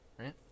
right